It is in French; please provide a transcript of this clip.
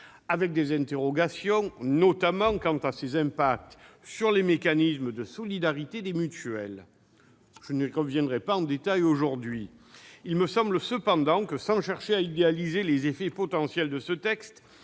avec des interrogations, notamment, quant à son impact sur les mécanismes de solidarité des mutuelles. Je n'y reviendrai pas en détail aujourd'hui. Il me semble cependant, sans chercher à idéaliser les effets potentiels de ce texte,